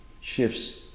shifts